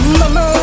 mama